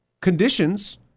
conditions